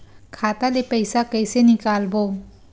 खाता ले पईसा कइसे निकालबो?